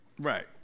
right